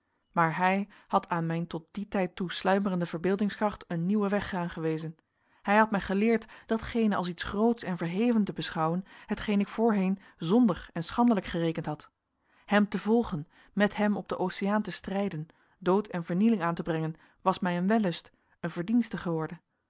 maar hij had aan mijn tot dien tijd toe sluimerende verbeeldingskracht een nieuwen weg aangewezen hij had mij geleerd datgene als iets grootsch en verheven te beschouwen hetgeen ik voorheen zondig en schandelijk gerekend had hem te volgen met hem op den oceaan te strijden dood en vernieling aan te brengen was mij een wellust een verdienste geworden